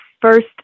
first